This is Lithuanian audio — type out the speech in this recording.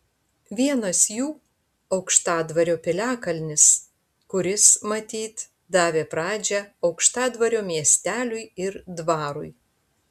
vienas jų aukštadvario piliakalnis kuris matyt davė pradžią aukštadvario miesteliui ir dvarui